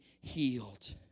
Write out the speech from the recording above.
healed